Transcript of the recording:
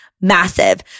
massive